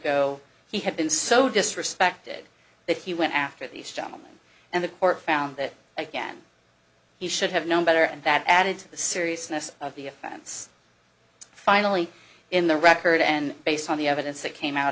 go he had been so disrespected that he went after these gentlemen and the court found that again he should have known better and that added to the seriousness of the offense finally in the record and based on the evidence that came out